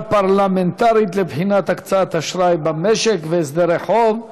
פרלמנטרית לבחינת הקצאת האשראי במשק והסדרי חוב,